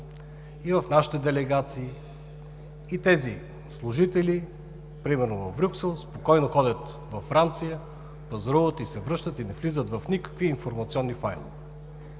и в нашите делегации, и тези служители, примерно в Брюксел, спокойно ходят във Франция, пазаруват и се връщат и не влизат в никакви информационни файлове.